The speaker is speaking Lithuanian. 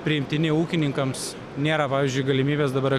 priimtini ūkininkams nėra pavyzdžiui galimybės dabar